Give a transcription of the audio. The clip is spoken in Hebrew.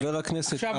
חבר הכנסת,